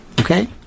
Okay